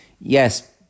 Yes